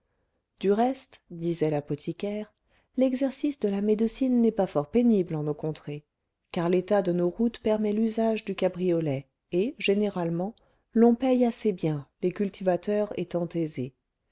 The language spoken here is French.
du reste disait l'apothicaire l'exercice de la médecine n'est pas fort pénible en nos contrées car l'état de nos routes permet l'usage du cabriolet et généralement l'on paye assez bien les cultivateurs étant aisés